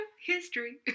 history